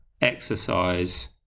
exercise